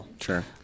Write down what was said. Sure